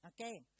Okay